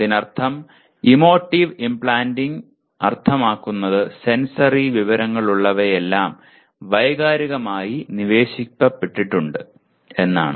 അതിനർത്ഥം emotive implanting അർത്ഥമാക്കുന്നത് sensory വിവരങ്ങളുള്ളവയെല്ലാം വൈകാരികമായി നിവേശിപ്പിച്ചിട്ടുണ്ട് എന്നാണ്